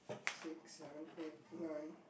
six seven eight nine